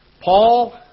Paul